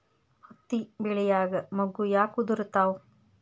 ಹತ್ತಿ ಬೆಳಿಯಾಗ ಮೊಗ್ಗು ಯಾಕ್ ಉದುರುತಾವ್?